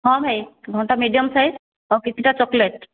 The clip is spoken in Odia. ହଁ ଭାଇ ଘଣ୍ଟା ମିଡ଼ିଅମ୍ ସାଇଜ୍ ଆଉ କିଛିଟା ଚକୋଲେଟ୍